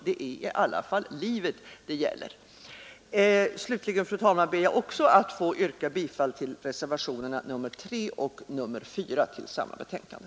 Det är i alla fall livet det gäller. Slutligen, fru talman, ber jag också att få yrka bifall till reservationerna 3 och 4 till samma betänkande.